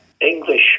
English